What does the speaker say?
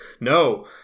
no